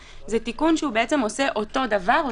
זה תיקון שעושה אותו דבר,